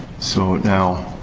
so, now,